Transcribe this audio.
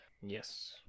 Yes